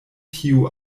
tiu